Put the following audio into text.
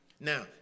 Now